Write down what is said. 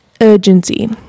urgency